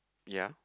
ya